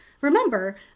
Remember